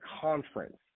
conference